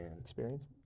experience